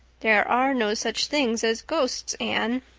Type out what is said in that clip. there are no such things as ghosts, anne.